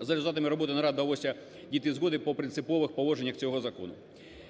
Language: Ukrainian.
За результатами роботи нарад вдалося дійти згоди по принципових положеннях цього закону.